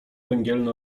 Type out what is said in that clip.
węgielny